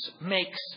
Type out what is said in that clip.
makes